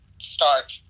start